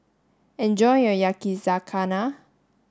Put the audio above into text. enjoy your Yakizakana